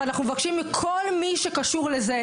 ואנחנו מבקשים מכל מי שקשור לזה: